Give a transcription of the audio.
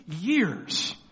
years